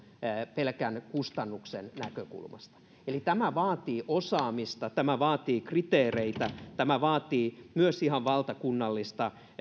pelkän kustannuksen näkökulmasta eli tämä vaatii osaamista tämä vaatii kriteereitä tämä vaatii myös ihan valtakunnallista